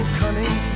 cunning